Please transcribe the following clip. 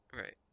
Right